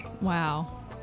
Wow